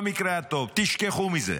1,000 במקרה הטוב, תשכחו מזה.